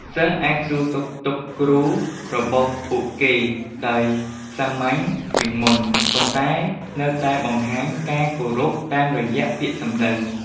សិស្សអាចសួរសុខទុក្ខគ្រូរបស់ពួកគេដោយសាមញ្ញជាងមុន ប៉ុន្តែនៅតែបង្ហាញការគោរពតាមរយៈពាក្យសម្តី។